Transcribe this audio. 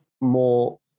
more